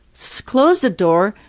so closed the door,